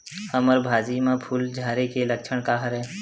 हमर भाजी म फूल झारे के लक्षण का हरय?